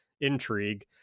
intrigue